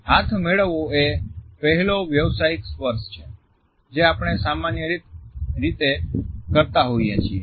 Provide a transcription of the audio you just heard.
હાથ મેળવવો એ પહેલો વ્યાવસાયિક સ્પર્શ છે જે આપણે સામાન્ય રીતે કરતા હોઈએ છીએ